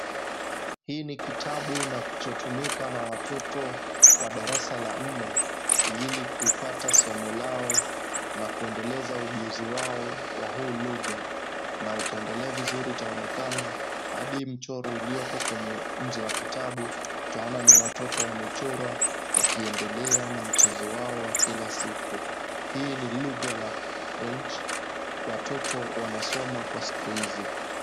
Hii ni kitabu inachotumika na watoto wa darasa la nne ili kupata somo lao na kuendeleza ujuzi wao wa huu lugha na ukiangalia vizuri itaonekana hadi mchoro ilioko kwenye nje ya kitabu utaona ni watoto wamechorwa wakiendelea na mchezo wao wa kila siku. Hii ni lugha la French watoto wanasoma kwa siku hizi.